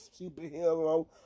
superhero